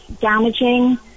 damaging